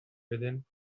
within